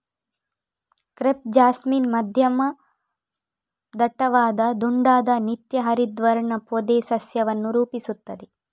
crepe jasmine ಮಧ್ಯಮ ದಟ್ಟವಾದ ದುಂಡಾದ ನಿತ್ಯ ಹರಿದ್ವರ್ಣ ಪೊದೆ ಸಸ್ಯವನ್ನು ರೂಪಿಸುತ್ತದೆ